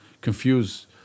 confuse